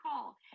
call